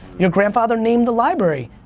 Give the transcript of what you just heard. your grandfather named the library.